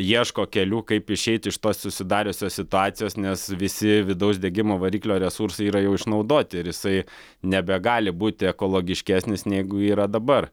ieško kelių kaip išeit iš tos susidariusios situacijos nes visi vidaus degimo variklio resursai yra jau išnaudoti ir jisai nebegali būti ekologiškesnis negu yra dabar